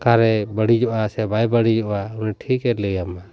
ᱚᱠᱟ ᱨᱮ ᱵᱟᱹᱲᱤᱡᱚᱜᱼᱟ ᱥᱮ ᱵᱟᱭ ᱵᱟᱲᱤᱡᱚᱜᱼᱟ ᱩᱱᱤ ᱴᱷᱤᱠᱮ ᱞᱟᱹᱭ ᱟᱢᱟ